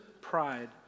Pride